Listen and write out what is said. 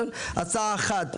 הצעה אחת,